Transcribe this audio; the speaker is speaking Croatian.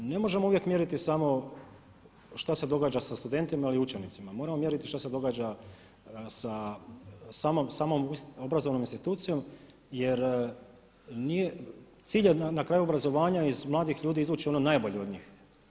Ne možemo uvijek mjeriti samo šta se događa sa studentima ili učenicima, moramo mjeriti i šta se događa sa samom obrazovnom institucijom jer cilj na kraju obrazovanja je iz mladih ljudi izvući ono najbolje od njih.